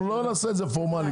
אנחנו לא נעשה את זה כאן פורמלי.